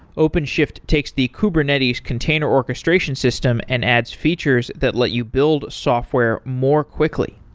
openshift takes the kubernetes container orchestration system and adds features that let you build software more quickly.